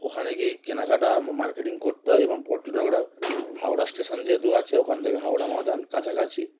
ওখানে গিয়েই কেনাকাটা মার্কেটিং করতে হয় এবং পর্যটকরা হাওড়া স্টেশান যেহেতু আছে ওখান থেকে হাওড়া ময়দান কাছাকাছি